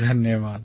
धन्यवाद